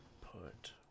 Put